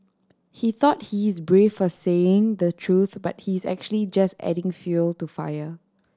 he thought he's brave for saying the truth but he's actually just adding fuel to fire